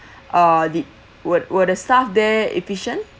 uh the were were the staff there efficient